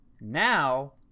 Now